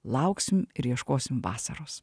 lauksim ir ieškosim vasaros